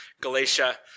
Galatia